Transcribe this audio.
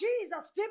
Jesus